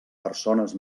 persones